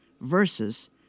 versus